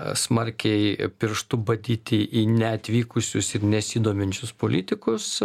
smarkiai pirštu badyti į neatvykusius ir nesidominčius politikus